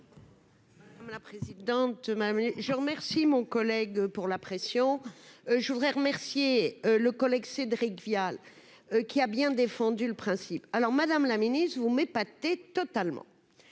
Comme la présidente, madame, je remercie mon collègue pour la pression, je voudrais remercier le collègue Cédric Vial qui a bien défendu le principe alors Madame la Ministre, vous m'épatez totalement